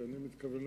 כי אני מתכוון,